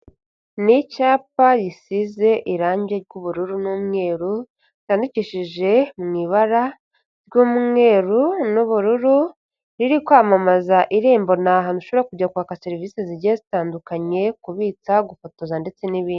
Ni icyapa gisize irangi ry'ubururu n'umweru ryandikishije mu ibara ry'umweru n'ubururu riri kwamamaza Irembo, ni ahantu ushobora kujya kwaka serivisi zigiye zitandukanye kubitsa gufotoza ndetse n'ibindi.